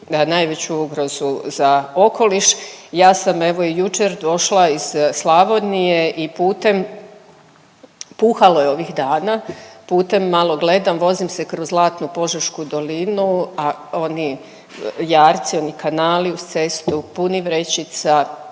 najveću ugrozu za okoliš. Ja sam evo, i jučer došla iz Slavonije i putem, puhalo je ovih dana, putem malo gledam, vozim se kroz zlatnu požešku dolinu, a oni jarci, oni kanali uz cestu puni vrećica,